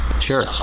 Sure